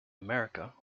america